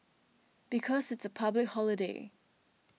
because it's a public holiday